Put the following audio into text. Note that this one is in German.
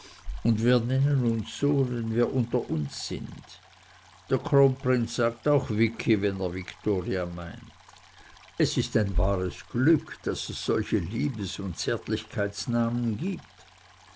und wir nennen uns so wenn wir unter uns sind der kronprinz sagt auch vicky wenn er victoria meint es ist ein wahres glück daß es solche liebes und zärtlichkeitsnamen gibt